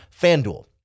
FanDuel